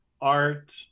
art